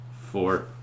four